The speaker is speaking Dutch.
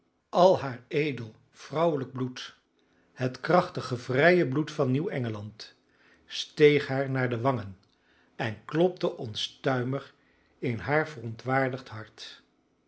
al haar edel vrouwelijk bloed het krachtige vrije bloed van nieuw engeland steeg haar naar de wangen en klopte onstuimig in haar verontwaardigd hart